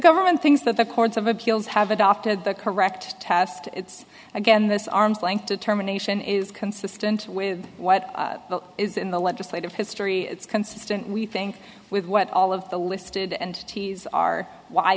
government things that the courts of appeals have adopted the correct test again this arm's length determination is consistent with what is in the legislative history it's consistent we think with what all of the listed and t s are why